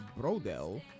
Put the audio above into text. Brodel